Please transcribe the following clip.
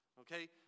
Okay